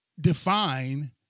define